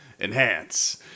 enhance